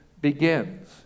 begins